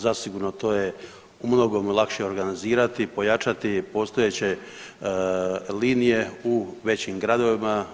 Zasigurno to je u mnogome lakše organizirati, pojačati postojeće linije u većim gradovima.